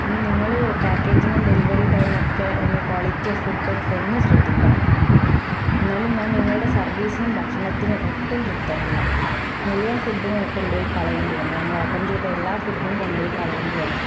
ഇനി നിങ്ങൾ പേക്കേജിങ്ങും ഡെലിവറി ടൈമും ഒക്കെ ഒന്ന് ക്വാളിറ്റി ഫുഡ്ഡൊക്കെ ഒന്ന് ശ്രദ്ധിക്കണം എന്നാലും ഞാൻ നിങ്ങളുടെ സർവ്വീസിനും ഭക്ഷണത്തിനും ഒട്ടും തൃപ്തനല്ല മുഴുവൻ ഫുഡ്ഡും കൊണ്ടുപോയി കളയേണ്ടി വന്നു നമ്മൾ ഓപ്പൺ ചെയ്ത എല്ലാ ഫുഡ്ഡും കൊണ്ടു പോയി കളയേണ്ടി വന്നു